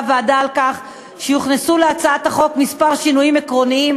הוועדה על כך שיוכנסו להצעת החוק כמה שינויים עקרוניים